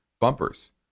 bumpers